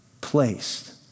placed